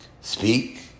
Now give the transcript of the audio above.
Speak